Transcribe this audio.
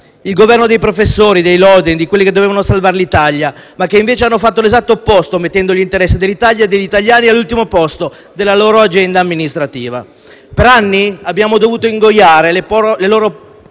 Il Governo dei professori, dei *loden*, di quelli che dovevano salvare l'Italia, ma che invece hanno fatto l'esatto opposto, mettendo gli interessi dell'Italia e degli italiani all'ultimo posto della loro agenda amministrativa. Per anni abbiamo dovuto ingoiare le loro